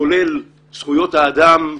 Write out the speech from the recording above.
כולל זכויות האדם,